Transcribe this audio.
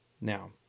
Now